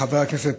חבר הכנסת